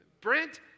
Brent